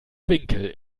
winkel